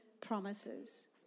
promises